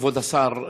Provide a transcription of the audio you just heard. כבוד השר,